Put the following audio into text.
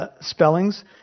spellings